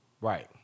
Right